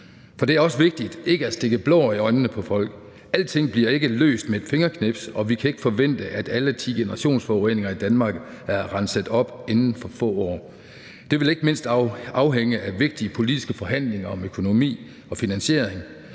For det er også vigtigt ikke at stikke blår i øjnene på folk. Alting bliver ikke løst med et fingerknips, og vi kan ikke forvente, at alle ti generationsforureninger i Danmark er renset op inden for få år. Det vil ikke mindst afhænge af vigtige politiske forhandlinger om økonomi og finansiering,